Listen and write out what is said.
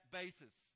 basis